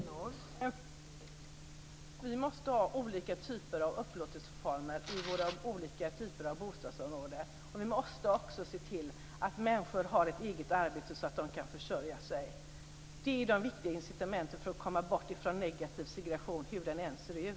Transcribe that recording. Fru talman! Vi måste ha olika typer av upplåtelseformer i våra olika typer av bostadsområden. Vi måste också se till att människor har ett eget arbete så att de kan försörja sig. Det är de viktiga incitamenten för att komma bort ifrån negativ segregation hur den än ser ut.